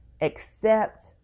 accept